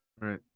right